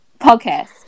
podcast